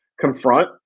confront